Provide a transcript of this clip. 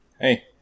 Hey